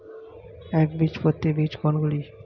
একবীজপত্রী বীজ কোন গুলি?